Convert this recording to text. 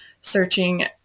searching